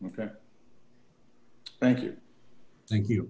ok thank you thank you